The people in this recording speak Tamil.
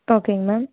ஓகேங்க மேம்